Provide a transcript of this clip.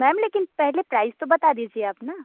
ma'am लेकिन पहले price तो बता दीजिये आप ना